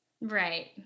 Right